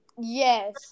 Yes